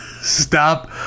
Stop